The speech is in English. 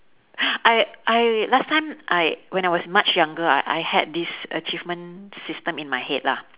I I last time I when I was much younger I I had this achievement system in my head lah